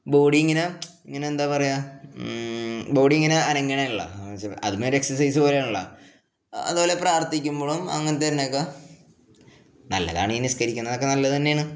body ഇങ്ങനെ ഇങ്ങനെ എന്താ പറയുക ബോഡി ഇങ്ങനെ അനങ്ങണത് ആണല്ലോ അതൊരു എക്സസൈസ് പോലെ ആണല്ലോ അതുപോലെ പ്രാർത്ഥിക്കുമ്പോഴും അങ്ങനെ തന്നെയൊക്കെ നല്ലതാണ് ഈ നിസ്കരിക്കുന്നതൊക്കെ നല്ലത് തന്നെയാണ്